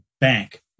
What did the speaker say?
bank